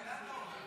רגע, לאן אתה עובר?